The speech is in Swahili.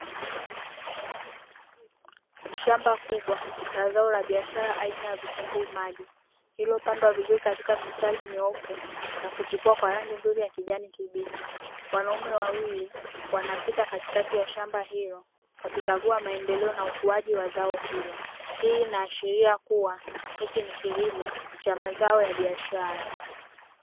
Shamba kubwa la zao la biashara aina ya vitunguu maji lililopandwa vizuri katika mstari mnyoofu na kuchipua kwa rangi nzuri ya kijani kibichi. Wanaume wawili wanapita katikati ya shamba hilo wakikagua maendeleo na ukuaji wa zao hilo. Hii inaashiria kuwa hichi ni kilimo cha mazao ya biashara.